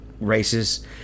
races